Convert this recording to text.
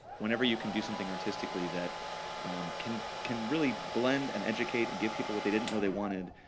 whenever you can do something artistically that can can really blend and educate and give people what they didn't know they wanted,